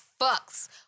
fucks